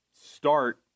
start